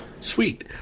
Sweet